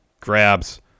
grabs